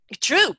True